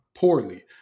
Poorly